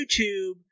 YouTube